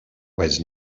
was